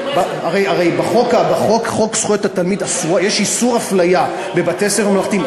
הרי בחוק זכויות התלמיד יש איסור הפליה בבתי-ספר ממלכתיים,